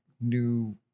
new